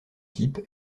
type